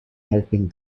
helping